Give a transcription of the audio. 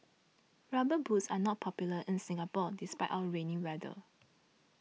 rubber boots are not popular in Singapore despite our rainy weather